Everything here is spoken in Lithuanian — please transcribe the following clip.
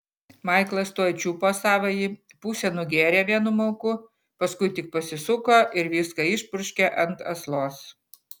maiklas tuoj čiupo savąjį pusę nugėrė vienu mauku paskui tik pasisuko ir viską išpurškė ant aslos